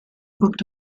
booked